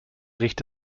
riecht